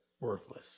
worthless